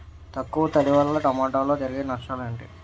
తక్కువ తడి వల్ల టమోటాలో జరిగే నష్టాలేంటి?